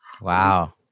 Wow